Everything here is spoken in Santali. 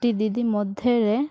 ᱴᱤ ᱫᱤᱫᱤ ᱢᱚᱫᱽᱫᱷᱮ ᱨᱮ